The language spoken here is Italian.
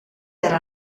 era